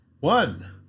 One